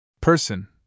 person